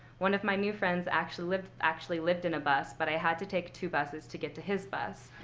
one of my new friends actually lived actually lived in a bus, but i had to take two buses to get to his bus.